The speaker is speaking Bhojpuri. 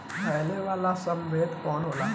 फैले वाला प्रभेद कौन होला?